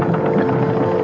or